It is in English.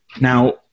Now